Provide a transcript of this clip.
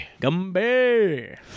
Gumby